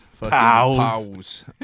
Pals